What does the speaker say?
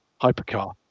hypercar